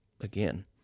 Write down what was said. Again